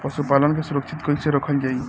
पशुपालन के सुरक्षित कैसे रखल जाई?